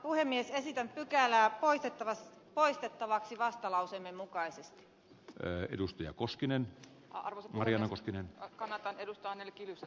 esitän pykälää poistettavaksi vastalauseemme mukaisesti pääedustaja koskinen arvo marianne koskinen kannattaa edustaa nelikielisen